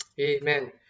Amen